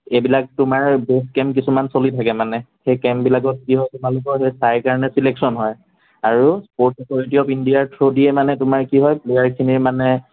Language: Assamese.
এইবিলাক তোমাৰ বুট কেম্প কিছুমান চলি থাকে মানে সেই কেম্পবিলাকত কি হয় তোমালোকৰ চাইৰ কাৰণে ছিলেকশ্যন হয় আৰু স্পৰ্টছ অথৰিটি অৱ ইণ্ডিয়াৰ থ্ৰু দিয়ে মানে তোমাৰ কি হয় প্লেয়াৰখিনিৰ মানে